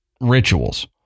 rituals